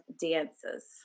dances